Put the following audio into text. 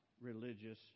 religious